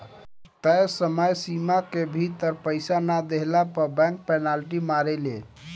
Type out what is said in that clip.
तय समय सीमा के भीतर पईसा ना देहला पअ बैंक पेनाल्टी मारेले